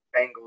Bengals